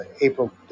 April